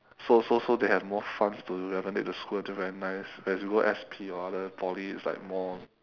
so so so they have more funds to renovate the school until very nice whereas you go S_P or other poly it's like more